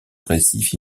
récif